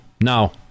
now